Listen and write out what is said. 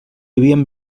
havien